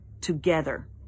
together